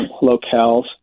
locales